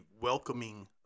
welcoming